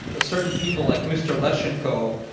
ah certain people, like mr. leschenko,